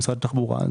משרד התחבורה,